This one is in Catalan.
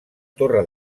torre